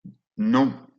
non